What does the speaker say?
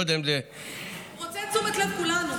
אני לא יודע אם זה, הוא רוצה את תשומת לב כולנו.